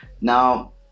now